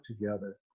together